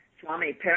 Swami